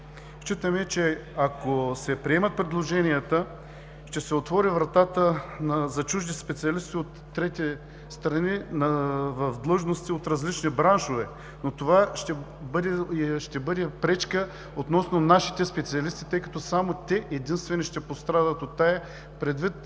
Считаме, че ако се приемат предложенията, ще се отвори вратата за чужди специалисти от трети страни на длъжности от различни браншове, но това ще бъде пречка относно нашите специалисти, тъй като само те единствено ще пострадат, предвид